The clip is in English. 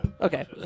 Okay